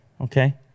okay